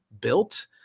built